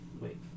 Wait